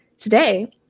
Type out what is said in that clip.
Today